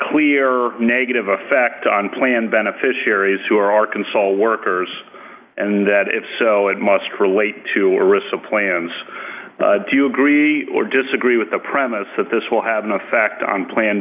clear negative effect on planned beneficiaries who are arkansas workers and if so it must relate to orissa plans do you agree or disagree with the premise that this will have an effect on plan